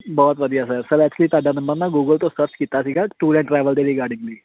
ਬਹੁਤ ਵਧੀਆ sir sir actually ਤੁਹਾਡਾ ਨੰਬਰ ਨਾ ਗੂਗਲ ਤੋਂ ਸਰਚ ਕੀਤਾ ਸੀਗਾ ਟੂਰ ਐਂਡ ਟਰੈਵਲ ਦੇ ਰਿਗਾਰਡਿੰਗਲੀ